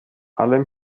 allem